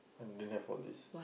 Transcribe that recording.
I didn't have all these